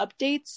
updates